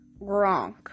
Gronk